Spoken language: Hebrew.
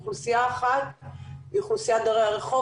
אוכלוסייה אחת היא אוכלוסיית דיירי הרחוב,